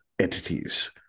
entities